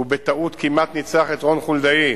שהוא בטעות כמעט ניצח את רון חולדאי,